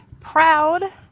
proud